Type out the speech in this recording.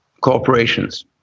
corporations